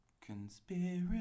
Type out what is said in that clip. Conspiracy